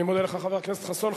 אני מודה לך, חבר הכנסת חסון.